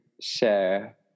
share